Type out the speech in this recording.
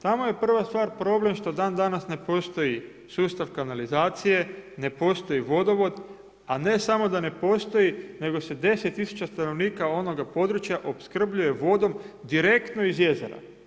Tamo je prva stvar problem što dandanas ne postoji sustav kanalizacije, ne postoji vodovod, a ne samo da ne postoji nego se 10 tisuća stanovnika opskrbljuje vodom direktno iz jezera.